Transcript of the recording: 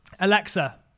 Alexa